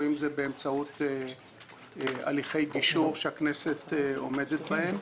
או אם זה באמצעות הליכי גישור שהכנסת עומדת בהם,